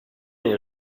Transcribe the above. est